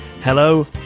hello